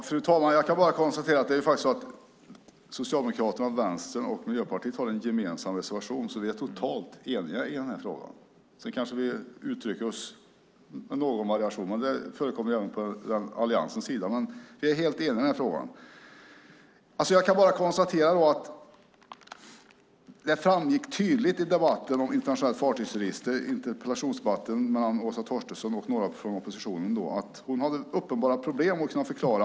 Fru talman! Jag kan bara konstatera att Socialdemokraterna, Vänstern och Miljöpartiet faktiskt har en gemensam reservation, så vi är totalt eniga i den här frågan. Vi kanske uttrycker oss med någon variation, men det förekommer även hos alliansen. Vi i oppositionen är helt eniga i den här frågan. Jag kan konstatera att det framgick tydligt i interpellationsdebatten mellan Åsa Torstensson och några från oppositionen om ett internationellt fartygsregister att hon hade uppenbara problem att förklara.